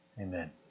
Amen